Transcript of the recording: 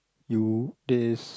you that is